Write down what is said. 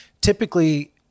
typically